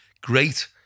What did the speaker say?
great